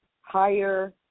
higher